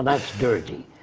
that's dirty.